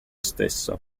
stesso